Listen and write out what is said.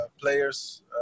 players